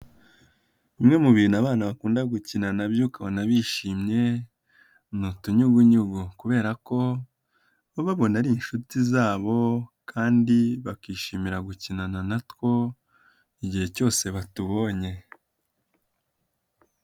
Bimwe mu bintu abana bakunda gukina na byo ukabona bishimye ni utunyugunyugu kubera ko baba babona ari inshuti zabo kandi bakishimira gukinana na two igihe cyose batubonye.